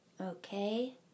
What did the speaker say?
Okay